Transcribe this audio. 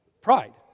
Pride